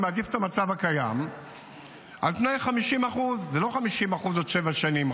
אני מעדיף את המצב הקיים על פני 50%. זה לא 50% רק בעוד שבע שנים.